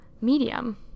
medium